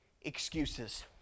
excuses